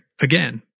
Again